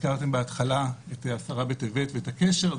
הזכרתם בהתחלה את י' בטבת ואת הקשר.